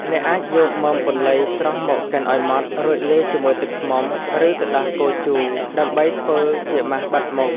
អ្នកអាចយកមើមពន្លៃស្រស់មកកិនឲ្យម៉ដ្ឋ រួចលាយជាមួយទឹកឃ្មុំ ឬទឹកដោះគោជូរដើម្បីធ្វើជាម៉ាសបិទមុខ។